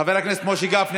חבר הכנסת משה גפני,